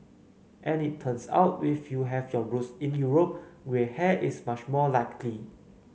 and it turns out if you have your roots in Europe grey hair is much more likely